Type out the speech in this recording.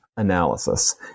analysis